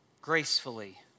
Gracefully